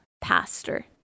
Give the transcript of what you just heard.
pastor